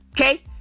Okay